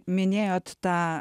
minėjot tą